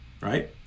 Right